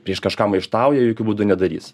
prieš kažką maištauja jokiu būdu nedarys